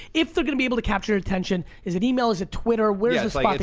if they're gonna be able to capture attention, is it email, is it twitter, where is is like like the